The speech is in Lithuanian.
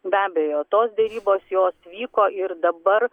be abejo tos derybos jos vyko ir dabar